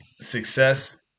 Success